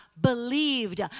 believed